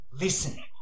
Listen